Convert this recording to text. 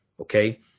okay